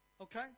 Okay